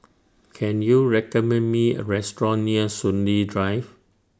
Can YOU recommend Me A Restaurant near Soon Lee Drive